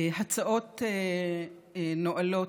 הצעות נואלות,